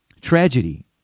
Tragedy